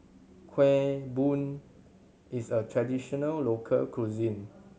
Kueh Bom is a traditional local cuisine